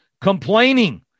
Complaining